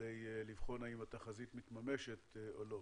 כדי לבחון האם התחזית מתממשת או לא.